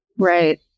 Right